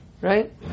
right